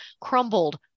crumbled